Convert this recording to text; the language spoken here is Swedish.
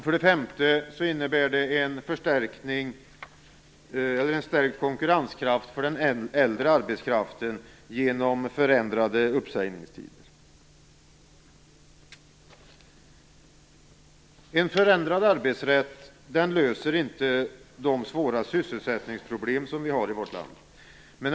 För det femte innebär detta en stärkt konkurrenskraft för den äldre arbetskraften genom förändrade uppsägningstider. En förändrad arbetsrätt löser inte de svåra sysselsättningsproblem vi har i vårt land.